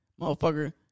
motherfucker